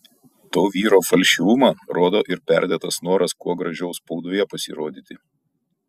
to vyro falšyvumą rodo ir perdėtas noras kuo gražiau spaudoje pasirodyti